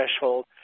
threshold